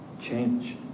change